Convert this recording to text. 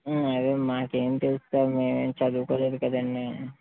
ఉ అదే మాకు ఏమి తెలుస్తుంది మేము ఏం చదువుకోలేదు కదండీ